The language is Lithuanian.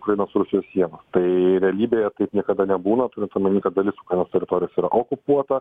ukrainos rusijos sienos tai realybėje taip niekada nebūna turint omeny kad dalis ukrainos teritorijos yra okupuota